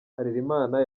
harerimana